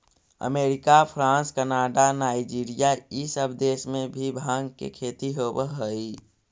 America, France, Canada, Nigeria इ सब देश में भी भाँग के खेती होवऽ हई